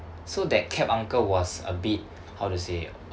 so that cab uncle was a bit how to say